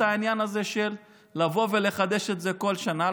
העניין הזה של לבוא ולחדש את זה כל שנה,